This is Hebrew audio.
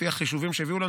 לפי החישובים שהביאו לנו,